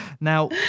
Now